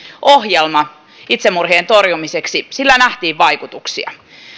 ohjelma itsemurhien torjumiseksi sillä nähtiin vaikutuksia